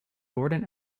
gordon